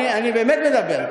אני באמת מדבר,